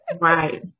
Right